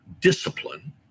discipline